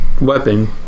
weapon